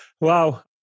Wow